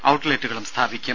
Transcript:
ഔട്ട്ലെറ്റുകളും സ്ഥാപിക്കും